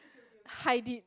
hide it